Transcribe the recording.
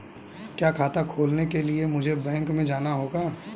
क्या खाता खोलने के लिए मुझे बैंक में जाना होगा?